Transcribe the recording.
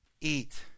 Eat